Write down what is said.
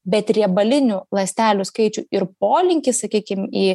bet riebalinių ląstelių skaičių ir polinkį sakykim į